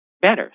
better